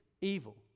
evil